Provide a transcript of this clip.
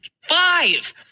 five